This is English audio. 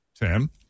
Tim